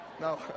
No